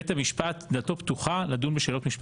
דלתו של בית המשפט פתוחה לדון בשאלות משפטיות.